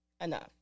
enough